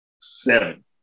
seven